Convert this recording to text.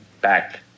back